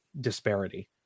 disparity